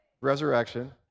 Resurrection